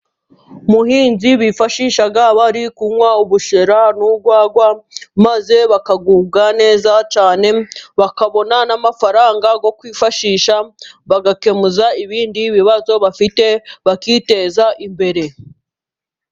Muhinzi bifashisha bari kunywa ubushera n'urwagwa maze bakagubwa neza cyane, bakabona n'amafaranga yo kwifashisha, bagakemuza ibindi bibazo bafite bakiteza imbere.